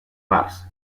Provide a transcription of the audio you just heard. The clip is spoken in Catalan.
bars